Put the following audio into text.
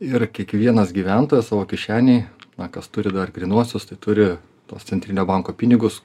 ir kiekvienas gyventojas savo kišenėj na kas turi dar grynuosius tai turi tuos centrinio banko pinigus